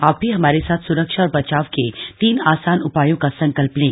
आप भी हमारे साथ सुरक्षा और बचाव के तीन आसान उपायों का संकल्प लें